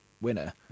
winner